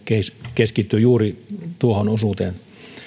keskittyi juuri tuohon osuuteen